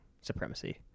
supremacy